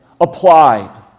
applied